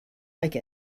like